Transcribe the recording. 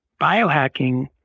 biohacking